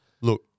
Look